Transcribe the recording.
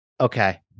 Okay